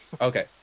Okay